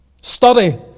Study